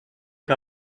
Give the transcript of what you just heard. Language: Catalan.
que